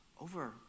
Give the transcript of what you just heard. over